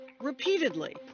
repeatedly